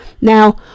Now